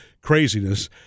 craziness